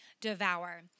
devour